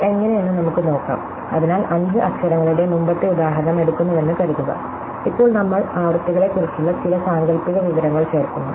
ഇത് എങ്ങനെയെന്ന് നമുക്ക് നോക്കാം അതിനാൽ 5 അക്ഷരങ്ങളുടെ മുമ്പത്തെ ഉദാഹരണം എടുക്കുന്നുവെന്ന് കരുതുക ഇപ്പോൾ നമ്മൾ ആവൃത്തികളെക്കുറിച്ചുള്ള ചില സാങ്കൽപ്പിക വിവരങ്ങൾ ചേർക്കുന്നു